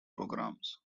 programs